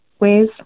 ways